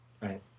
Right